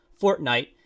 Fortnite